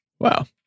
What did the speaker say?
Wow